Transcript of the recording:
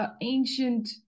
ancient